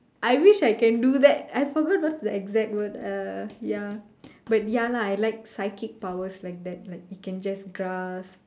I wish I can do that I forgot what's the exact word uh ya but ya lah I like psychic powers like that like you can just grasp